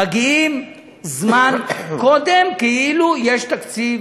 מגיעים זמן קודם, כאילו יש תקציב